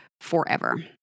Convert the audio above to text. forever